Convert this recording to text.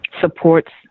Supports